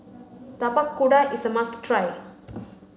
Tapak Kuda is a must try